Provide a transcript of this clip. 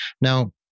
Now